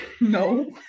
No